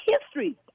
history